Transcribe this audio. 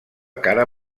cara